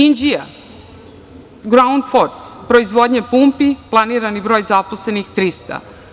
Inđija, „Graundfos“ proizvodnja pumpi, planirani broj zaposlenih 300.